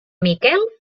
miquel